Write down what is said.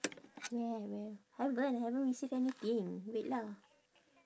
where where haven't haven't receive anything wait lah